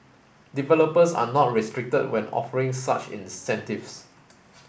developers are not restricted when offering such incentives